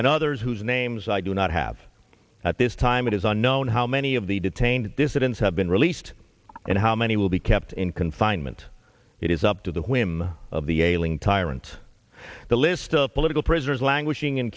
and others whose names i do not have at this time it is unknown how many of the detained dissidents have been released and how many will be kept in confinement it is up to the whim of the ailing tyrant the list of political prisoners languishing in